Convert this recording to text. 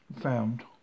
found